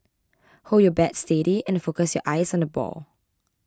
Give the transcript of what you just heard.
hold your bat steady and focus your eyes on the ball